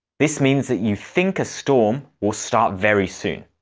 this means that you think a storm will start very soon.